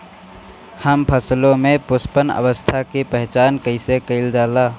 हम फसलों में पुष्पन अवस्था की पहचान कईसे कईल जाला?